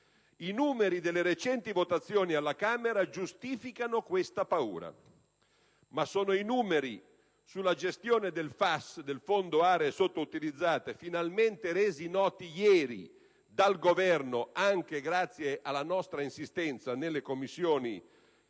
I numeri delle recenti votazioni alla Camera giustificano questa paura. Ma sono i numeri sulla gestione del FAS. (Fondo per le aree sottoutilizzate), finalmente resi noti ieri dal Governo, anche grazie alla nostra insistenza nelle Commissioni